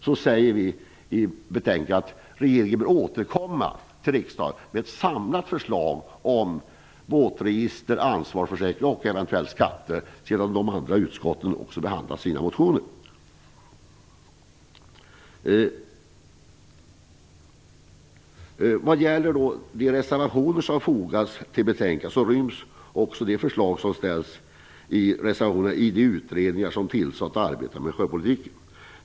Vi säger i betänkandet att regeringen bör återkomma till riksdagen med ett samlat förslag om båtregister, ansvarsförsäkring och eventuell skatt när de andra utskotten har behandlat sina motioner. Vad gäller de reservationer som har fogats till betänkandet, inryms också de förslag som framställs i reservationerna i de utredningar som har tillsatts och som arbetar med sjöfartspolitiken.